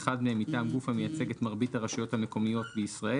האחד מהם מטעם גוף המייצג את מרבית הרשויות המקומיות בישראל